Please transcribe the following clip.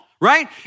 right